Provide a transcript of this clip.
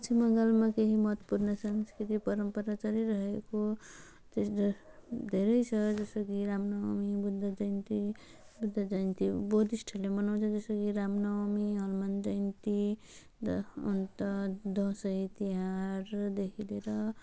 पश्चिम बङ्गालमा केही महत्त्वपूर्ण संस्कृति परम्परा चलिरहेको त छ धेरै छ जसरी राम नवमी बुद्ध जयन्ती बुद्ध जयन्ती बुद्धिस्टहरूले मनाउँछ जस्तो कि राम नवमी हनुमान जयन्ती द अन्त दसैँ तिहारदेखि लिएर